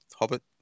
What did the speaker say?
Hobbit